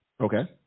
Okay